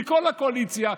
מכל הקואליציה,